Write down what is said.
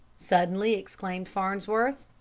suddenly exclaimed farnsworth.